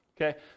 okay